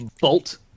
bolt